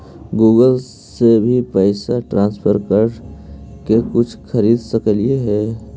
Google से भी पैसा ट्रांसफर कर के कुछ खरिद सकलिऐ हे?